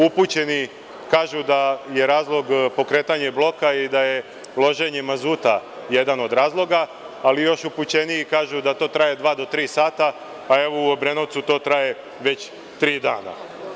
Upućeni kažu da je razlog pokretanje bloka i da je loženje mazuta jedan od razloga, ali još upućeniji kažu da to traje dva do tri sata, a evo u Obrenovcu to traje već tri dana.